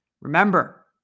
Remember